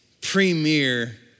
premier